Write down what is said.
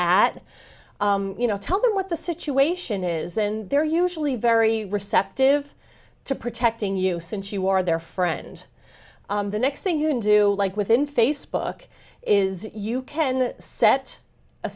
at you know tell them what the situation is and they're usually very receptive to protecting you since you are their friend and the next thing you can do like within facebook is you can set a